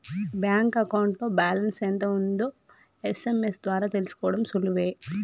bank అకౌంట్లో balance ఎంత ఉందో ఎస్.ఎం.ఎస్ ద్వారా తెలుసుకోడం సులువే